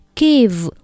give